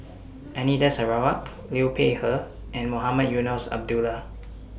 Anita Sarawak Liu Peihe and Mohamed Eunos Abdullah